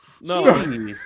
No